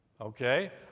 Okay